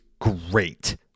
great